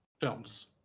films